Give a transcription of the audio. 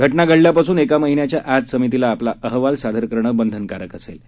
घटना घडल्यापासून एक महिन्याच्या आत समितीला आपला अहवाल सादर करण बंधनकारक असणार आहे